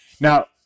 Now